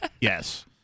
Yes